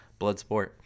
Bloodsport